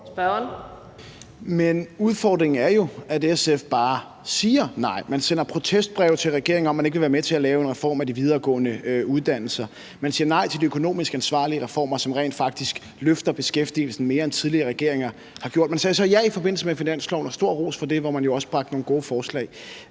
(V): Udfordringen er jo, at SF bare siger nej. Man sender protestbreve til regeringen om, at man ikke vil være med til at lave en reform af de videregående uddannelser. Man siger nej til de økonomisk ansvarlige reformer, som rent faktisk løfter beskæftigelsen mere, end tidligere regeringer har gjort. Man sagde så ja i forbindelse med finansloven, og stor ros for det, hvor man jo også bragte nogle gode forslag